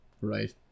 Right